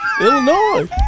Illinois